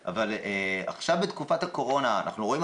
שוב,